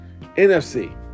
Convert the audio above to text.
NFC